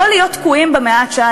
לא להיות תקועים במאה ה-19,